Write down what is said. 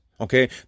Okay